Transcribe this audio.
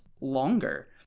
longer